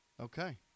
Okay